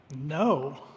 No